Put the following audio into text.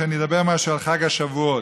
שאני אומר משהו על חג השבועות.